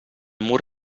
mur